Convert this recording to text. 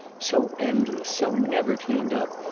so endless, so never cleaned up,